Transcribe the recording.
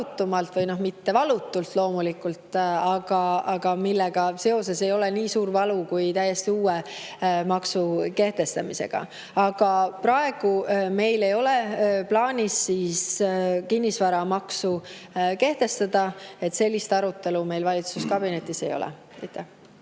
mitte valutult, aga sellega seoses ei ole valu nii suur kui täiesti uue maksu kehtestamisel. Aga praegu meil ei ole plaanis kinnisvaramaksu kehtestada, sellist arutelu meil valitsuskabinetis ei ole.